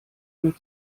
mehr